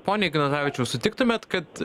pone ignatavičiau sutiktumėt kad